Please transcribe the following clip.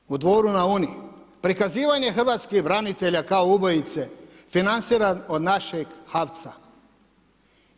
Masakr u Dvoru na Uni, prikazivanje hrvatskih branitelja kao ubojice, financiran od našeg HAVC-a.